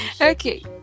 Okay